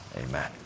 amen